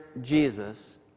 Jesus